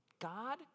God